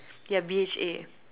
ya B_H_A